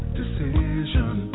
decision